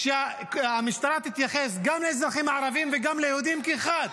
שהמשטרה תתייחס גם לאזרחים הערבים וגם ליהודים כאחד.